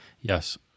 Yes